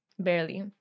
barely